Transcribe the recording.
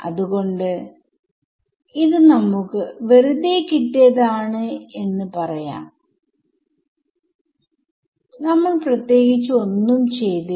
അത്കൊണ്ട് ഇത് നമുക്ക് വെറുതെ കിട്ടിയതാണ് എന്ന് പറയാം നമ്മൾ പ്രത്യേകിച്ചു ഒന്നും ചെയ്തില്ല